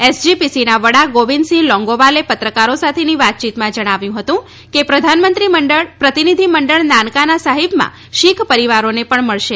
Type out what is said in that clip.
એસજીપીસીના વડા ગોવિંદસિંહ લોંગોવાલે પત્રકાર સાથેની વાતચીતમાં જણાવ્યું હતું કે પ્રતિનિધિ મંડળ નાનકાના સાહિબમાં શીખ પરિવારોને પણ મળશે